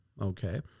okay